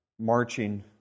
marching